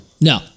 No